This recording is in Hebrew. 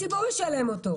הציבור ישלם אותו.